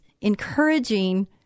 encouraging